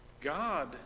God